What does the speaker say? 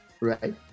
right